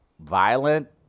violent